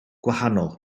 gwahanol